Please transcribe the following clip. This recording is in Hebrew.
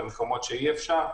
במקומות שאי-אפשר,